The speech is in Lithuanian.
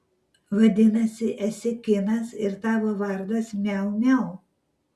vadinasi esi kinas ir tavo vardas miau miau